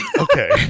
Okay